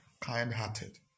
kind-hearted